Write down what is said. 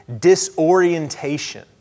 disorientation